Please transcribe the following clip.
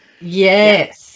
Yes